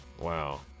Wow